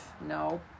No